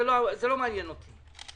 זה לא מעניין אותי,